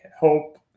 help